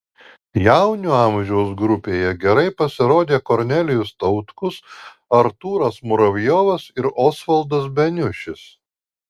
jaunių amžiaus grupėje gerai pasirodė kornelijus tautkus artūras muravjovas ir osvaldas beniušis